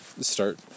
start